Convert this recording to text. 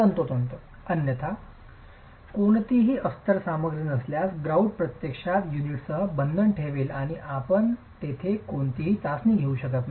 तंतोतंत अन्यथा कोणतीही अस्तर सामग्री नसल्यास ग्रॉउट प्रत्यक्षात युनिट्ससह बंधन ठेवेल आणि आपण तेथे कोणतीही चाचणी घेऊ शकत नाही